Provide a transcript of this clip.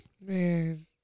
Man